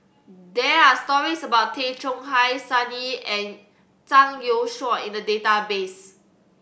there are stories about Tay Chong Hai Sun Yee and Zhang Youshuo in the database